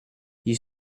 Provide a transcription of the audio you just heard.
you